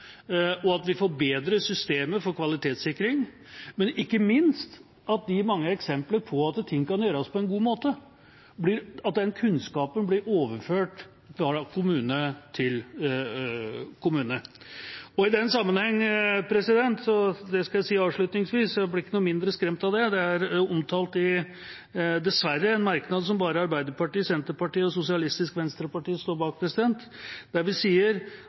og at vi får bedre systemer for kvalitetssikring, men ikke minst at kunnskapen fra de mange eksemplene på at ting kan gjøres på en god måte, blir overført fra kommune til kommune. I den sammenheng skal jeg avslutningsvis si – og jeg blir ikke noe mindre skremt av det – noe som er omtalt i en merknad som dessverre bare Arbeiderpartiet, Senterpartiet og Sosialistisk Venstreparti står bak. Der sier vi